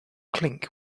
clink